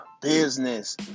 business